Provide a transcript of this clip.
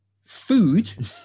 food